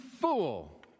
fool